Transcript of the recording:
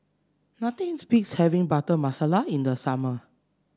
nothing beats having Butter Masala in the summer